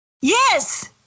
yes